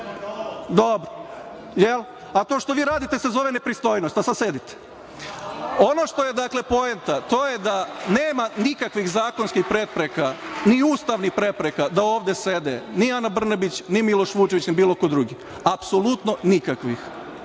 a to što vi radite se zove nepristojnost, a sad sedite. Ono što je poenta, a to je nema nikakvih zakonskih prepreka, ni ustavnih prepreka da ovde sede ni Ana Brnabić, ni Miloš Vučević, ni bilo ko drugi, apsolutno nikakvih.